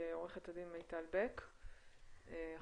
עו"ד מיטל בק מהמועצה לשלום הילד.